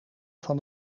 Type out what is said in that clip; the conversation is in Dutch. van